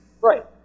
Right